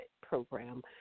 program